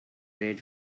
red